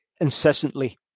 incessantly